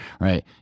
right